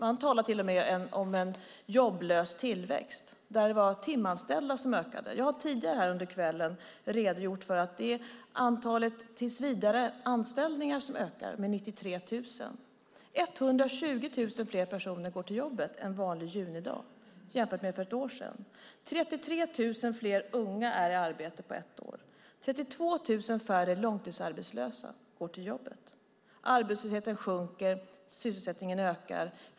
Man talade till och med om en jobblös tillväxt där antalet timanställda ökade. Jag har tidigare här under kvällen redogjort för att det är antalet tillsvidareanställningar som ökar med 93 000. 120 000 fler personer går till jobbet en vanlig junidag jämfört med för ett år sedan. 33 000 fler unga har kommit i arbete på ett år. 32 000 färre är långtidsarbetslösa och går nu till jobbet. Arbetslösheten sjunker, och sysselsättningen ökar.